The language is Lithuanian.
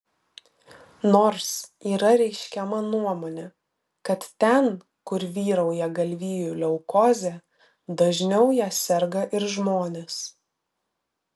nors yra reiškiama nuomonė kad ten kur vyrauja galvijų leukozė dažniau ja serga ir žmonės